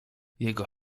jego